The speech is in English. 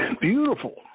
Beautiful